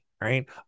right